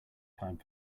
time